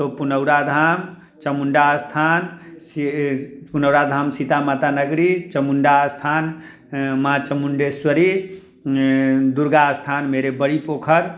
तो पुनौरा धाम चमुंडा स्थान पुनौरा धाम सीतामाता नगरी चमुंडा स्थान माँ चमुंडेश्वरी दुर्गा स्थान मेरे बड़ी पोखर